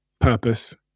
purpose